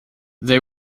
they